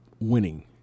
winning